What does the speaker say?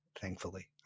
Thankfully